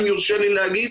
אם יורשה לי להגיד,